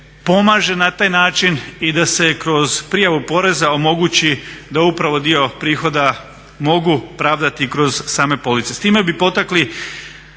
pomaže na taj način i da se kroz prijavu poreza omogući da upravo dio prihoda mogu pravdati kroz same police.